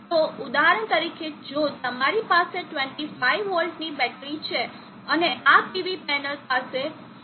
તો ઉદાહરણ તરીકે જો તમારી પાસે 25 વોલ્ટની બેટરી છે અને આ PV પેનલ પાસે 14